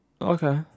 Okay